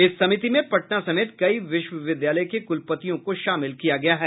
इस समिति में पटना समेत कई विश्वविद्यालय के कुलपतियों को शामिल किया गया है